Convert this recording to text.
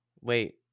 wait